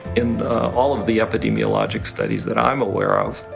in all of the epidemiologic studies that i'm aware of,